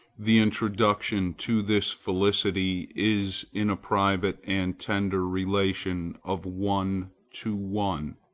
the introduction to this felicity is in a private and tender relation of one to one,